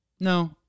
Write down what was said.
no